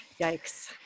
yikes